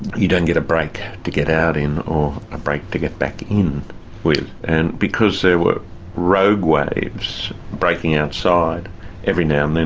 you don't get a break to get out in, or a break to get back in with. and because there were rogue waves breaking outside every now and then,